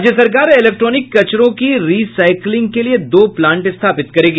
राज्य सरकार इलेक्ट्रॉनिक कचरों की री साईक्लिंग के लिए दो प्लांट स्थापित करेगी